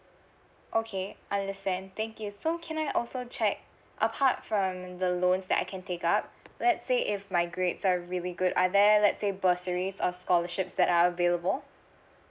okay understand thank you so can I also check apart from the loans that I can take up let's say if my grades are really good are there let say bursaries or scholarships that are available